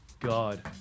God